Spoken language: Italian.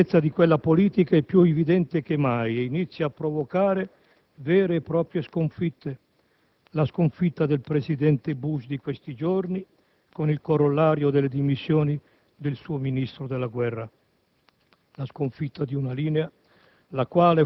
Perché, non c'è dubbio, l'insensatezza di quella politica è più evidente che mai e inizia a provocare vere e proprie sconfitte. La sconfitta del presidente Bush con il corollario delle dimissioni del suo Ministro della guerra,